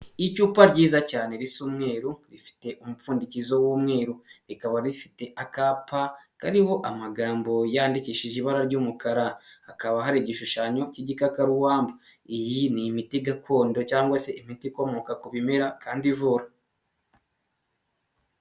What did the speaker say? Icupa ryiza cyane risa umweru rifite umupfundikizo w'umweru. Rikaba rifite akapa kariho amagambo yandikishije ibara ry'umukara. Hakaba hari igishushanyo cy'igikakaruwamba. Iyi ni imiti gakondo cyangwa se imiti ikomoka ku bimera kandi ivura.